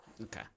Okay